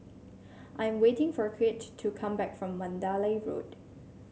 I am waiting for Crete to come back from Mandalay Road